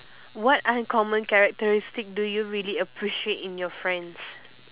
what uncommon characteristic do you really appreciate in your friends